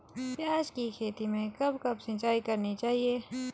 प्याज़ की खेती में कब कब सिंचाई करनी चाहिये?